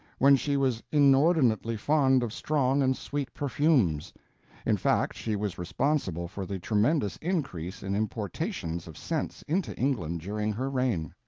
when she was inordinately fond of strong and sweet perfumes in fact, she was responsible for the tremendous increase in importations of scents into england during her reign.